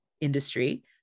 industry